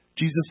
Jesus